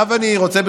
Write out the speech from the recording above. עכשיו אני רוצה,